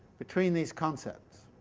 between these concepts.